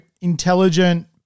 intelligent